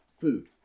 food